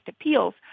appeals